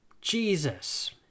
Jesus